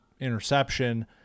interception